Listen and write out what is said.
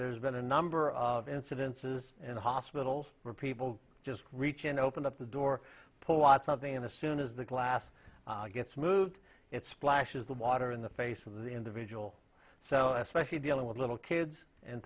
there's been a number of incidences in hospitals where people just reach in open up the door pull out something in the soon as the glass gets moved it splashes the water in the face of the individual so especially dealing with little kids and